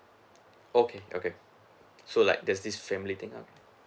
okay okay so like there's this family thing uh